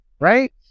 Right